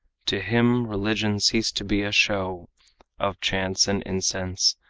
to him religion ceased to be a show of chants and incense,